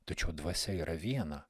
tačiau dvasia yra viena